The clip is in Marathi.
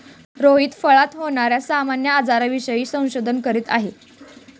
रोहित फळात होणार्या सामान्य आजारांविषयी संशोधन करीत आहे